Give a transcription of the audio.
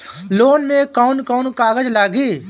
Loan में कौन कौन कागज लागी?